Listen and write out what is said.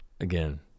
again